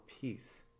peace